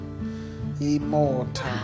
Immortal